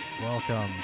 Welcome